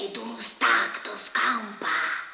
į durų staktos kampą